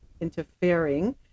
interfering